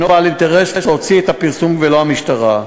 שהוא בעל אינטרס להוציא את הפרסום, ולא המשטרה.